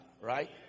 right